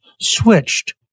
switched